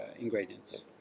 ingredients